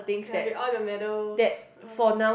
ya get all the medals !walao!